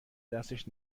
دستش